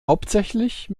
hauptsächlich